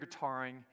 guitaring